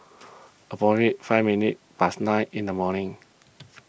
approximately five minutes past nine in the morning